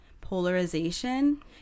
polarization